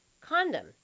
condom